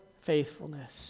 faithfulness